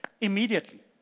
immediately